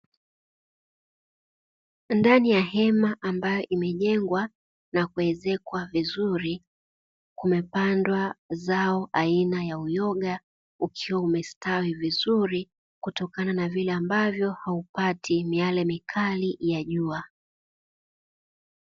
Ndani ya hema ambayo imejengwa na kuwezekwa vizuri kumepandwa zao aina ya uyoga, ukiwa umestawi vizuri kutokana na vile ambavyo haupati ni miale mikali ya jua.